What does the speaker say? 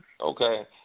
Okay